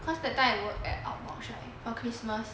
cause that time I work at OpNotch right for christmas